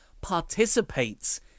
participates